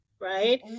right